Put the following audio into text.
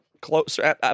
closer